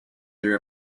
their